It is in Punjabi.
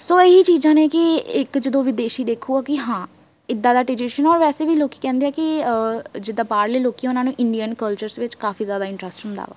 ਸੋ ਇਹ ਹੀ ਚੀਜ਼ਾਂ ਨੇ ਕਿ ਇੱਕ ਜਦੋਂ ਵਿਦੇਸ਼ੀ ਦੇਖੂਗਾ ਕਿ ਹਾਂ ਇੱਦਾਂ ਦਾ ਟਰਡੀਸ਼ਨ ਔਰ ਵੈਸੇ ਵੀ ਲੋਕ ਕਹਿੰਦੇ ਆ ਕਿ ਜਿੱਦਾਂ ਬਾਹਰਲੇ ਲੋਕ ਉਹਨਾਂ ਨੂੰ ਇੰਡੀਅਨ ਕਲਚਰਸ ਵਿੱਚ ਕਾਫ਼ੀ ਜ਼ਿਆਦਾ ਇੰਟਰਸਟ ਹੁੰਦਾ ਵਾ